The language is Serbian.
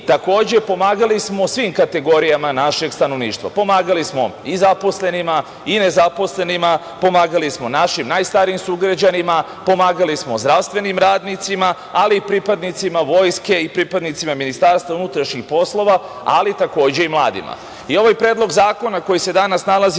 Takođe, pomagali smo svim kategorijama našeg stanovništva. Pomagali smo i zaposlenima i nezaposlenima, pomagali smo našim najstarijim sugrađanima, pomagali smo zdravstvenim radnicima, ali i pripadnicima vojske i pripadnicima Ministarstva unutrašnjih poslova, ali takođe i mladima. Ovaj predlog zakona koji se danas nalazi